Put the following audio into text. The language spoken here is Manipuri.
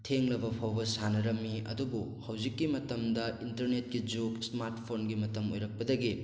ꯊꯦꯡꯂꯕ ꯐꯥꯎꯕ ꯁꯥꯟꯅꯔꯝꯃꯤ ꯑꯗꯨꯕꯨ ꯍꯧꯖꯤꯛꯀꯤ ꯃꯇꯝꯗ ꯏꯟꯇꯔꯅꯦꯠꯀꯤ ꯖꯨꯒ ꯏꯁꯃꯥꯔꯠ ꯐꯣꯟꯒꯤ ꯃꯇꯝ ꯑꯣꯏꯔꯛꯄꯗꯒꯤ